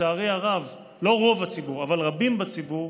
לצערי הרב, לא רוב הציבור אבל רבים בציבור,